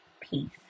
peace